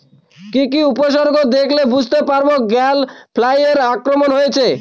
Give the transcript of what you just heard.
কি কি উপসর্গ দেখলে বুঝতে পারব গ্যাল ফ্লাইয়ের আক্রমণ হয়েছে?